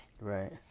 Right